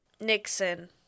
Nixon